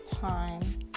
time